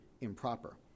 improper